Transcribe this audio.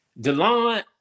Delon